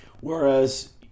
Whereas